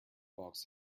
box